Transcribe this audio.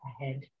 ahead